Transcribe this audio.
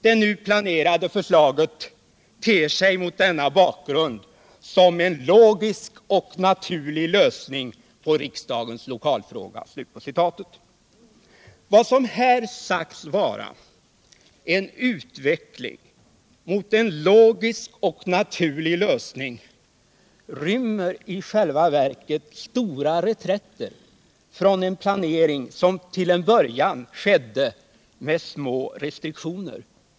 Det nu planerade förslaget ter sig mot denna bakgrund som en logisk och naturlig lösning på riksdagens lokalfråga.” Vad som här sagts vara en utveckling mot en logisk och naturlig lösning rymmer i själva verket stora reträtter från en planering som till en början skedde med små restriktioner.